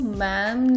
ma'am